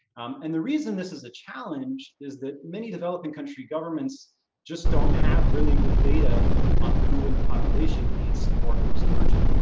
and the reason this is the challenge is that many developing country governments just don't have really good data on who in the population needs support most urgent.